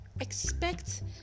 expect